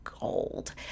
gold